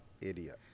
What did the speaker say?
Idiot